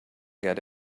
get